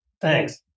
Thanks